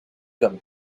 them